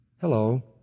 Hello